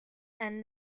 and